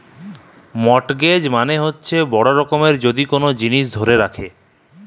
mortgage মানে হতিছে বড় রকমের যদি কোন জিনিস ধরে রাখে